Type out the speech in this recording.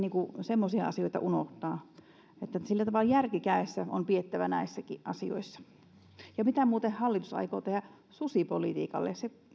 semmoisia asioita unohtaa että sillä tavalla järki kädessä on pidettävä näissäkin asioissa mitä muuten hallitus aikoo tehdä susipolitiikalle se